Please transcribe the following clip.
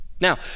Now